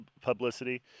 publicity